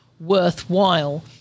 worthwhile